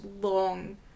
long